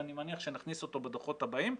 אני מניח שנכניס אותו בדוחות הבאים.